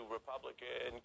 Republican